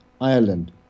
Ireland